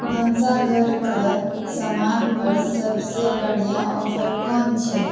भनसाघरके सामान पर सभ से बढ़िऑं ऑफर कोन छै